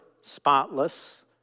spotless